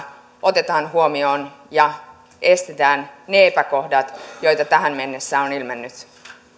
otetaan huomioon ja estetään ne epäkohdat joita tähän mennessä on ilmennyt